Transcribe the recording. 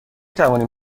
توانیم